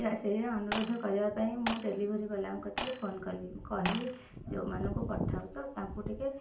ସେଇଆ ଅନୁରୋଧ କରିବା ପାଇଁ ମୁଁ ଡେଲିଭରି ବାଲାଙ୍କ କତିକି ଫୋନ କଲି ମୁଁ କହିଲି ଯେଉଁମାନଙ୍କୁ କଥା ହେଉଛ ତାଙ୍କୁ ଟିକେ